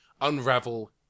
unravel